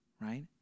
right